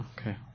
Okay